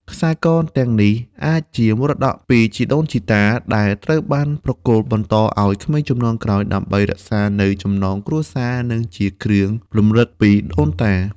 ខ្សែកទាំងនេះអាចជាមរតកតពីជីដូនជីតា ដែលត្រូវបានប្រគល់បន្តឱ្យក្មេងជំនាន់ក្រោយ ដើម្បីរក្សានូវចំណងគ្រួសារ និងជាគ្រឿងរំលឹកពីដូនតា។